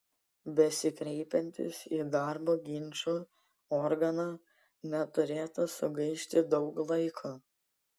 besikreipiantys į darbo ginčų organą neturėtų sugaišti daug laiko